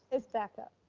his backup.